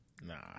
Nah